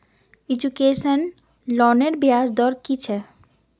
Education लोनेर ब्याज दर कि छे?